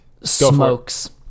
smokes